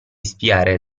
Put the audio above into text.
spiare